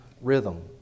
rhythm